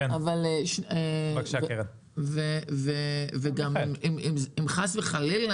אבל גם אם חס וחלילה,